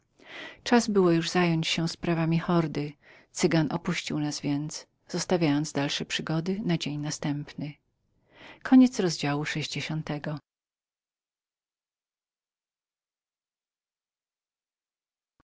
czas było zająć się sprawami hordy cygan nas opuścił zostawując dalsze przygody na dzień następny